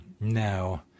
no